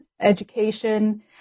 education